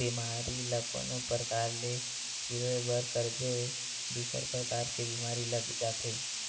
बेमारी ल कोनो परकार ले सिरोय बर करबे दूसर परकार के बीमारी लग जाथे